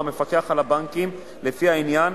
או המפקח על הבנקים לפי העניין,